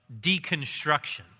deconstruction